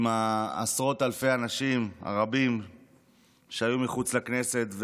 עם עשרות אלפי האנשים הרבים שהיו מחוץ לכנסת.